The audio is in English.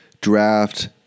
draft